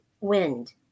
wind